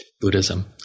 Buddhism